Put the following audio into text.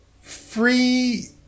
free